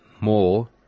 more